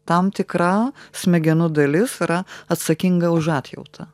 tam tikra smegenų dalis yra atsakinga už atjautą